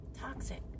Toxic